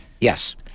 Yes